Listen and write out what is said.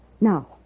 Now